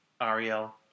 Ariel